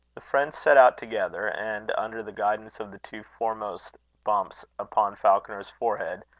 the friends set out together and, under the guidance of the two foremost bumps upon falconer's forehead,